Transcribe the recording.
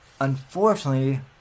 unfortunately